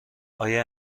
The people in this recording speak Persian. آیا